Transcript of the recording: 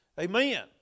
Amen